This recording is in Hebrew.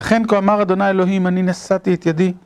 לכן כה אמר ה' אלוהים: "אני נשאתי את ידי"